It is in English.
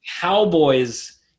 Cowboys